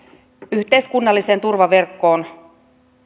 yhteiskunnalliseen turvaverkkoon